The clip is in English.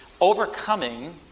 Overcoming